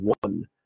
one